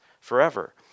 forever